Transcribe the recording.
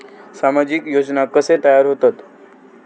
सामाजिक योजना कसे तयार होतत?